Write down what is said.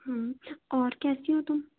हूँ और कैसी हो तुम